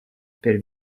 per